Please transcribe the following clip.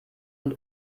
und